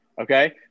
Okay